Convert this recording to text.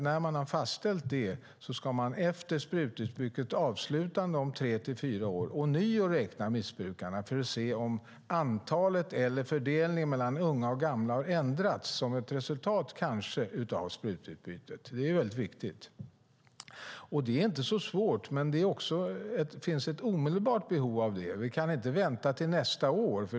När man har fastställt det ska man efter sprututbytesförsökets avslutande om tre fyra år ånyo räkna missbrukarna för att se om antalet eller fördelningen mellan unga och gamla har ändrats som ett resultat - kanske - av sprututbytet. Det är väldigt viktigt. Det är inte så svårt, men det finns ett omedelbart behov av det. Vi kan inte vänta till nästa år.